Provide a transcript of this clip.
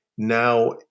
Now